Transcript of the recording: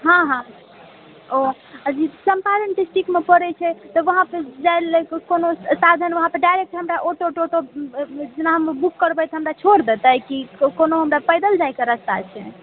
हँ हँ ओ चम्पारण डिस्ट्रिक्टमे पड़ैत छै तऽ वहाँ पर जाइले कोनो साधन वहाँपर डायरेक्ट हमरा ऑटो ऊटो जेना हम बुक करबै तऽ हमरा छोड़ि देतै कि कोनो हमरा पैदल जाइके रस्ता छै